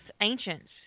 ancients